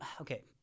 okay